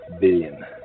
Billion